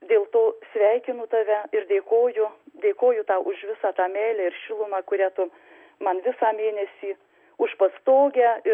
dėl to sveikinu tave ir dėkoju dėkoju tau už visą tą meilę ir šilumą kurią tu man visą mėnesį už pastogę ir